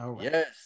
Yes